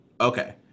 Okay